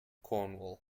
cornwall